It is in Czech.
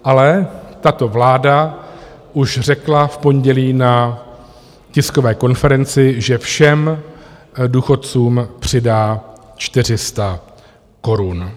Ale tato vláda už řekla v pondělí na tiskové konferenci, že všem důchodcům přidá 400 korun.